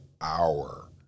hour